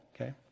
okay